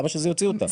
למה שזה יוציא אותה?